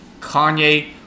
Kanye